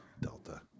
Delta